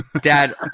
dad